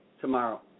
Tomorrow